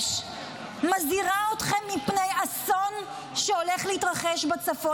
מזהירה אתכם מפני אסון שהולך להתרחש בצפון.